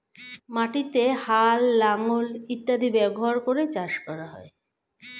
মাটিতে হাল, লাঙল ইত্যাদি ব্যবহার করে চাষ করা হয়